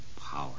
power